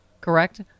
correct